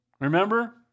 Remember